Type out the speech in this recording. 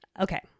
Okay